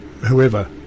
whoever